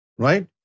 Right